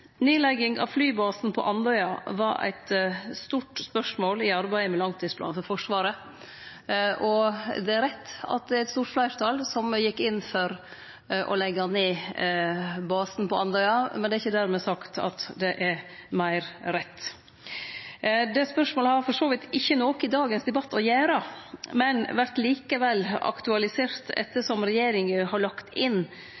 Nedlegging av flybasen på Andøya var eit stort spørsmål i arbeidet med langtidsplanen for Forsvaret. Det er rett at det er eit stort fleirtal som gjekk inn for å leggje ned basen på Andøya, men det er ikkje dermed sagt at det er meir rett. Det spørsmålet har for så vidt ikkje noko i dagens debatt å gjere, men det vert likevel aktualisert